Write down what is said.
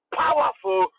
powerful